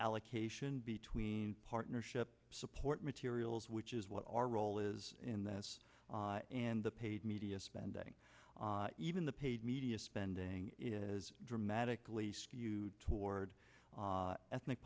allocation between partnership support materials which is what our role is in this and the paid media spending even the paid media spending is dramatically skewed toward ethnic